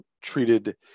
treated